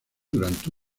durante